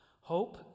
Hope